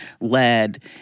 led